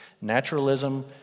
Naturalism